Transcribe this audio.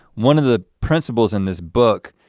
one of the principles in this book,